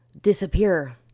disappear